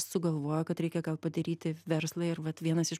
sugalvoja kad reikia gal padaryti verslą ir vat vienas iš